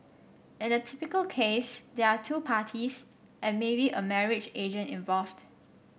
in a typical case there are two parties and maybe a marriage agent involved